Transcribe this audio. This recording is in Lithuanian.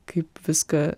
kaip viską